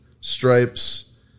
stripes